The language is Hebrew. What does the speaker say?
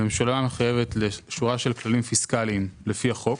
הממשלה מחויבת לשורה של כללים פיסקליים לפי החוק,